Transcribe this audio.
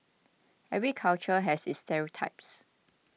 every culture has its stereotypes